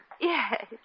Yes